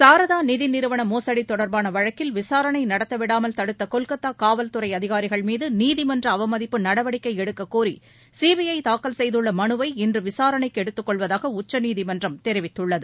சாரதா நிதிநிறுவன மோசுடி தொடர்பான வழக்கில் விசாரணை நடத்தவிடாமல் தடுத்த கொல்கத்தா காவல்துறை அதிகாரிகள்மீது நீதிமன்ற அவமதிப்பு நடவடிக்கை எடுக்கக் கோரி சிபிஐ தாக்கல் செய்துள்ள மனுவை இன்று விசாரணைக்கு எடுத்துக் கொள்வதாக உச்சநீதிமன்றம் தெரிவித்துள்ளது